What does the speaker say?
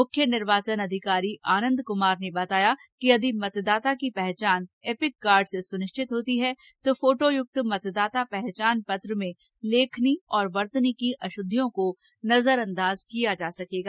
मुख्य निर्वाचन अधिकारी आनंद क्मार ने बताया कि यदि मतदाता की पहचान एपिक कार्ड से सुनिश्चित होती है तो फोटोयुक्त मतदाता पहचान पत्र में लेखनी और वर्तनी की अशुद्धियों को नजरंदाज किया जा सकेगा